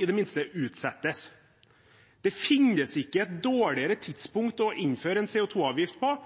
i det minste må utsettes. Det finnes ikke et dårligere tidspunkt å innføre en CO 2 -avgift på